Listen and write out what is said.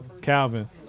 Calvin